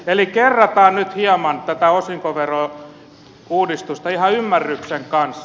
kerrataan nyt hieman tätä osinkoverouudistusta ihan ymmärryksen kanssa